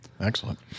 Excellent